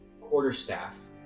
quarterstaff